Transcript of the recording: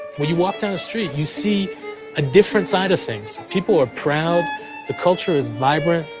when you walk down the street, you see a different side of things. people are proud. the culture is vibrant.